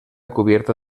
cubierta